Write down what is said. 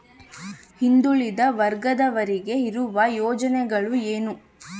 ಹಿಂದುಳಿದ ವರ್ಗದವರಿಗೆ ಇರುವ ಯೋಜನೆಗಳು ಏನು?